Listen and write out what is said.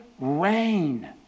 rain